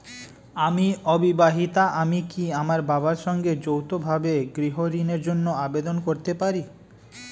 আমি অবিবাহিতা আমি কি আমার বাবার সঙ্গে যৌথভাবে গৃহ ঋণের জন্য আবেদন করতে পারি?